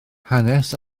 hanes